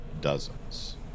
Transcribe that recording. dozens